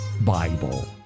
Bible